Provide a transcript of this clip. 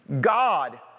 God